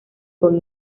con